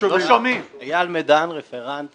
רפרנט